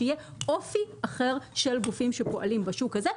שיהיה אופי אחר של גופים שפועלים בשוק הזה,